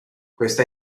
questa